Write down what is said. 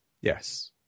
Yes